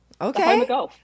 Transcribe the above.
okay